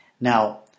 Now